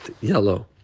yellow